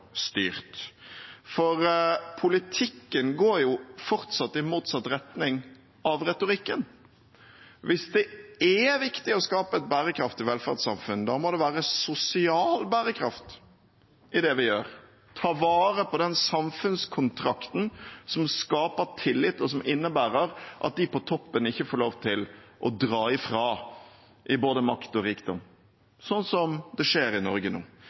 styrt, for politikken går jo fortsatt i motsatt retning av retorikken. Hvis det er viktig å skape et bærekraftig velferdssamfunn, må det være sosial bærekraft i det vi gjør. Vi må ta vare på den samfunnskontrakten som skaper tillit, og som innebærer at de på toppen ikke får lov til å dra ifra når det gjelder både makt og rikdom, slik det skjer i Norge nå.